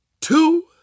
two